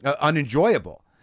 unenjoyable